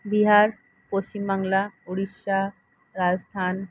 Bihar Paschimbanga Orissa Rajasthan